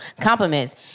compliments